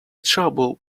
trouble